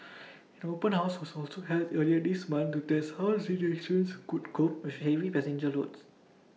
an open house was also held earlier this month to test how the stations would cope with heavy passenger loads